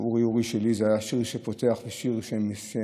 "אורי, אורי שלי" זה היה השיר שפותח והשיר שמסיים.